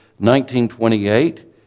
1928